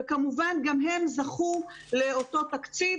וכמובן גם הם זכו לאותו תקציב.